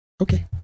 Okay